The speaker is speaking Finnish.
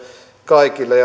kaikille